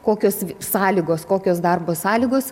kokios sąlygos kokios darbo sąlygos